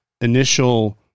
initial